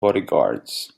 bodyguards